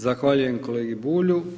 Zahvaljujem kolegi Bulju.